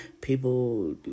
People